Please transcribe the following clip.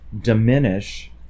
diminish